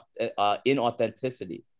inauthenticity